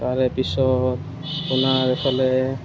তাৰে পিছত আপোনাৰ ইফালে